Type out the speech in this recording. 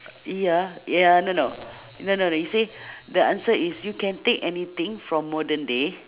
ya ya no no no no no you see the answer is you can take anything from modern day